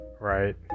right